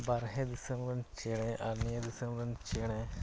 ᱵᱟᱨᱦᱮ ᱫᱤᱥᱟᱹᱢᱨᱮᱱ ᱪᱮᱬᱮ ᱟᱨ ᱱᱤᱭᱟᱹ ᱫᱤᱥᱟᱹᱢᱨᱮᱱ ᱪᱮᱬᱮ